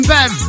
Bev